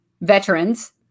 veterans